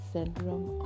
Syndrome